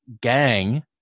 gang